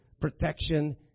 protection